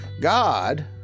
God